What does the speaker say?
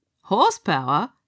Horsepower